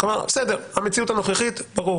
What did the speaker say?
בסדר, המציאות הנוכחית ברור.